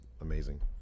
amazing